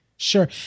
Sure